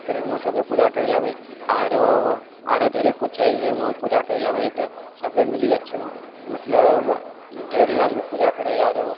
काहे वहाँसब पूजा करै लए आबै आर आर धरी कुछ छै जे वहाँ पूजा करै लए आबै तऽ सबे मिली जाइ छै वहाँ मतलब ढ़ेरी आदमी पूजा करै आरो